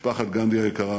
משפחת גנדי היקרה,